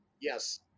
yes